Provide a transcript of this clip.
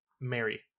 Mary